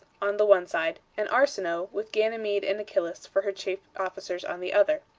on the one side, and arsinoe, with ganymede and achillas for her chief officers, on the other.